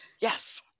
Yes